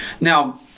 Now